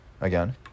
again